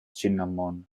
cinnamon